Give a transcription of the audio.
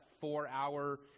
four-hour